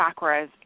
chakras